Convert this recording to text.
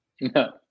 No